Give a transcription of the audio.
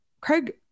Craig